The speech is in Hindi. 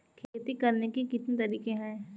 खेती करने के कितने तरीके हैं?